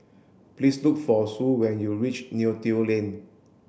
please look for Sue when you reach Neo Tiew Lane